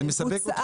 כן.